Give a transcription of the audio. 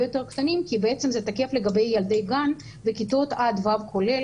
יותר קטנים כי בעצם זה תקף לגבי ילדי הגן וכיתות עד ו' כולל,